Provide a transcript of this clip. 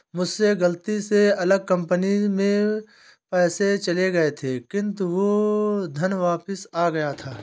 मुझसे गलती से अलग कंपनी में पैसे चले गए थे किन्तु वो धन वापिस आ गया था